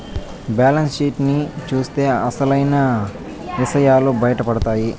balance sheet ని చూత్తే అసలైన ఇసయాలు బయటపడతాయి